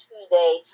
Tuesday